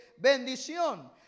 bendición